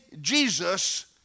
Jesus